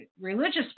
religious